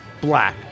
Black